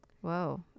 Whoa